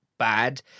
bad